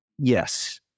Yes